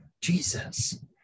jesus